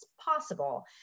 possible